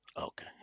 Okay